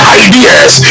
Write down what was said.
ideas